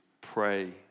pray